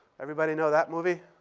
everybody know that movie?